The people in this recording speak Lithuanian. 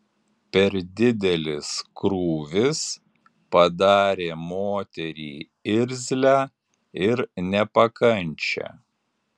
per didelis krūvis padarė moterį irzlią ir nepakančią